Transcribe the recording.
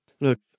Look